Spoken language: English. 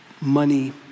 money